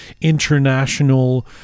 international